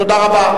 תודה רבה.